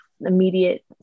immediate